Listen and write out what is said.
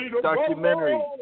documentary